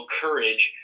courage